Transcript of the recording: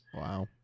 Wow